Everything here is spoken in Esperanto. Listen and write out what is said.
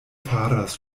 faras